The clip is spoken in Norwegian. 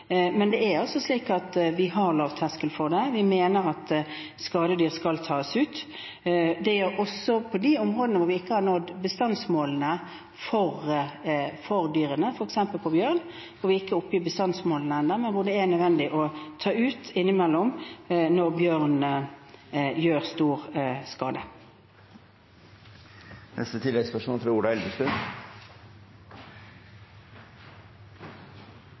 Men det er altså slik at vi har lav terskel for det. Vi mener at skadedyr skal tas ut. Det gjelder også på de områdene vi ikke har nådd bestandsmålene for dyrene, f.eks. for bjørn, hvor vi ikke er oppe i bestandsmålene ennå, men hvor det innimellom er nødvendig å ta ut bjørn når den gjør stor skade.